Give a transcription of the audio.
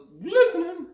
listening